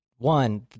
One